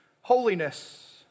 holiness